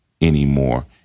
anymore